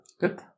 Good